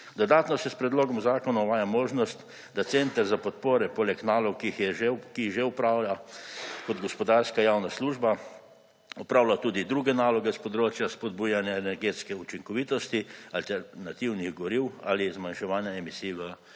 Dodatno se s predlogom zakona uvaja možnost, da center za podpore poleg nalog, ki jih že opravlja kot gospodarska javna služba, opravlja tudi druge naloge s področja spodbujanja energetske učinkovitosti alternativnih goriv ali zmanjševanja emisij v